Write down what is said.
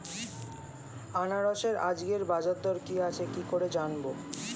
আনারসের আজকের বাজার দর কি আছে কি করে জানবো?